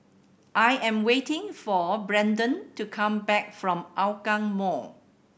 I am waiting for Brendan to come back from Hougang Mall